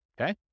okay